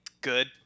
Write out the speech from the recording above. good